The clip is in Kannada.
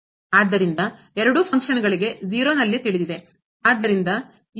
ಆದ್ದರಿಂದ ಫಂಕ್ಷನ್ ಗಳಿಗೆ 0 ನಲ್ಲಿ ತಿಳಿದಿದೆ